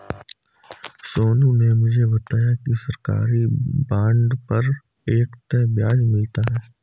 सोनू ने मुझे बताया कि सरकारी बॉन्ड पर एक तय ब्याज मिलता है